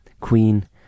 Queen